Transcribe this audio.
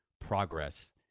progress